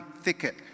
thicket